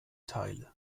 teile